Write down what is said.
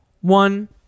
one